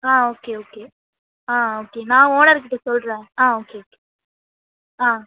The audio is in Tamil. ஆ ஓகே ஓகே ஆ ஓகே நான் ஓனர் கிட்டே சொல்கிறேன் ஆ ஓகே ஓகே ஆ